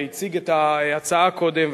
שהציג את ההצעה קודם,